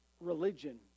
religion